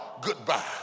goodbye